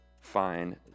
fine